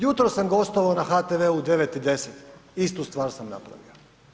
Jutros sam gostovao na HTV-u u 9,10h, istu stvar sam napravio.